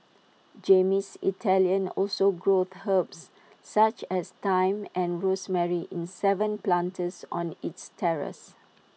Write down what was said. Jamie's Italian also grows herbs such as thyme and rosemary in Seven planters on its terrace